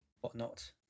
whatnot